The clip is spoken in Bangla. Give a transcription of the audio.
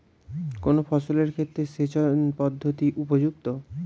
কোন ফসলের ক্ষেত্রে সেচন পদ্ধতি উপযুক্ত?